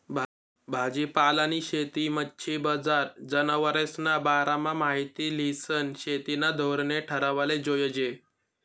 भाजीपालानी शेती, मच्छी बजार, जनावरेस्ना बारामा माहिती ल्हिसन शेतीना धोरणे ठरावाले जोयजे